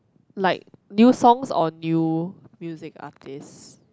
like new songs or new music artist